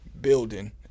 Building